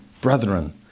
brethren